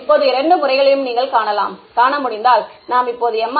இப்போது இந்த இரண்டு முறைகளையும் நீங்கள் காண முடிந்தால் நாம் இப்பொழுது எம்